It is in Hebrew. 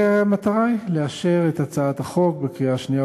המטרה היא לאשר את הצעת החוק בקריאה השנייה